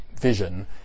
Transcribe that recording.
Vision